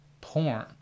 porn